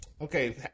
Okay